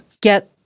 get